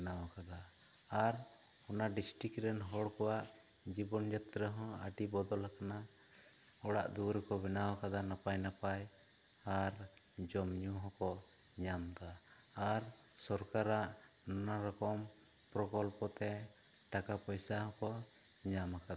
ᱵᱮᱱᱟᱣ ᱠᱟᱫᱟ ᱟᱨ ᱚᱱᱟ ᱰᱤᱥᱴᱤᱠ ᱨᱮᱱ ᱦᱚᱲ ᱠᱚᱣᱟᱜ ᱡᱤᱵᱚᱱ ᱡᱟᱛᱨᱟ ᱦᱚᱸ ᱟᱹᱰᱤ ᱵᱚᱫᱚᱞ ᱟᱠᱟᱱᱟ ᱚᱲᱟᱜ ᱫᱩᱣᱟᱹᱨ ᱠᱚ ᱵᱮᱱᱟᱣ ᱟᱠᱟᱫᱟ ᱱᱟᱯᱟᱭ ᱱᱟᱯᱟᱭ ᱟᱨ ᱡᱚᱢ ᱧᱩ ᱦᱚᱸᱠᱚ ᱧᱟᱢ ᱮᱫᱟ ᱟᱨ ᱥᱚᱨᱠᱟᱨᱟᱜ ᱱᱟᱱᱟ ᱨᱚᱠᱚᱢ ᱯᱨᱚᱠᱚᱞᱯᱚ ᱛᱮ ᱴᱟᱠᱟ ᱯᱟᱭᱥᱟ ᱦᱚᱠᱚᱸ ᱧᱟᱢ ᱟᱠᱟᱫᱟ